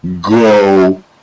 go